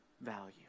value